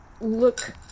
look